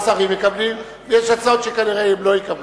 או שרים מקבלים, ויש הצעות שכנראה הם לא יקבלו.